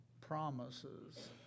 promises